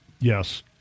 Yes